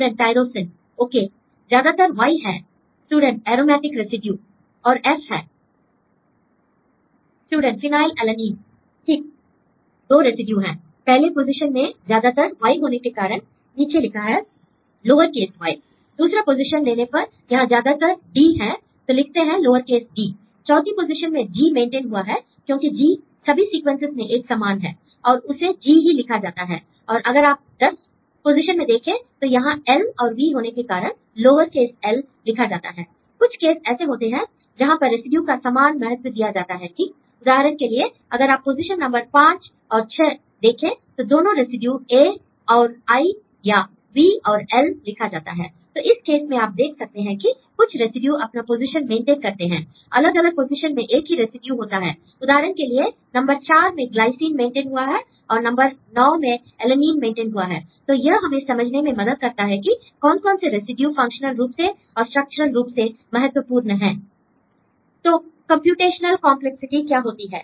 student tyrosine okay ज्यादातर Y है l student aromatic residue are F है l student phenylalanine ठीक तो दो रेसिड्यू हैं l पहले पोजीशन में ज्यादातर Y होने के कारण नीचे लिखा है लोअर केस y l दूसरा पोजीशन लेने पर यहां ज्यादातर D है तो लिखते हैं d l चौथी पोजीशन में G मेंटेन हुआ है क्योंकि G सभी सीक्वेंसेस में एक समान है और उसे G ही लिखा जाता है l और अगर आप 10 पोजीशन में देखें तो यहां L और V होने के कारण लोअर केस l लिखा जाता है l कुछ केस ऐसे होते हैं जहां पर रेसिड्यू का समान महत्व दिया जाता है ठीक उदाहरण के लिए अगर आप पोजीशन नंबर 5 और 6 देखे तो दोनों रेसिड्यू A और I या V और L लिखा जाता है l तो इस केस में आप देख सकते हैं कि कुछ रेसिड्यू अपना पोजीशन मेंटेन करते हैं l अलग अलग पोजीशन में एक ही रेसिड्यू होता है l उदाहरण के लिए नंबर 4 में ग्लाइसिन मेंटेन हुआ है और नंबर 9 में एलनीन मेंटेन हुआ है l तो यह हमें समझने में मदद करता है कि कौन कौन से रेसिड्यू फंक्शनल रूप से और स्ट्रक्चरल रूप से महत्वपूर्ण हैं l तो कंप्यूटेशनल कंपलेक्सिटी क्या होती है